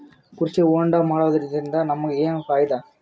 ಕೃಷಿ ಹೋಂಡಾ ಮಾಡೋದ್ರಿಂದ ನಮಗ ಏನ್ ಫಾಯಿದಾ?